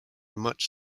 much